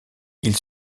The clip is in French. ils